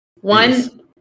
one